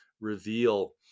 reveal